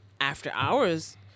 after-hours